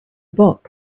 box